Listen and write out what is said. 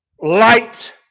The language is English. light